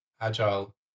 agile